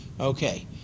Okay